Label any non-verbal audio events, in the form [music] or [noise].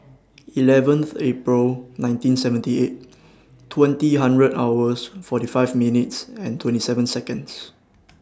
eleven [unintelligible] April nineteen seventy eight twenty hundred hours forty five minutes and twenty seven Seconds